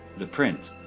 the print,